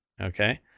Okay